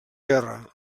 guerra